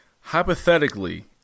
Hypothetically